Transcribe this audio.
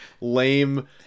lame